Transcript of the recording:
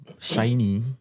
shiny